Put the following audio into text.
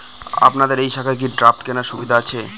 আপনাদের এই শাখায় কি ড্রাফট কেনার সুবিধা আছে?